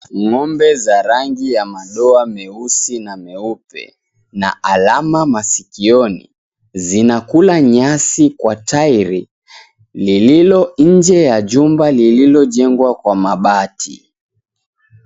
Ng'ombe za rangi ya madoa meusi na meupe na alama masikioni, zinakula nyasi kwa tairi lililo nje ya jumba lililojengwa kwa mabati.